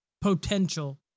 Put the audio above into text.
potential